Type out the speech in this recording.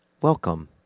welcome